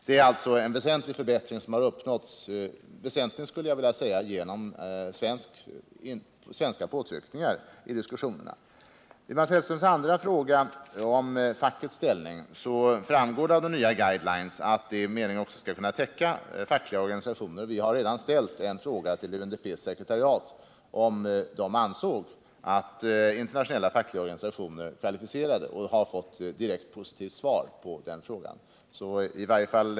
Det är alltså en väsentlig förbättring som har uppnåtts, huvudsakligen efter svenska påtryckningar i diskussionerna. När det gäller Mats Hellströms andra fråga om fackets ställning framgår det av de nya guidelines att det är meningen att de också skall täcka fackliga organisationer. Vi har redan ställt en fråga till UNDP:s sekretariat om man där ansåg att internationella fackliga organisationer var kvalificerade, och vi har fått ett direkt positivt svar på den frågan.